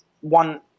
one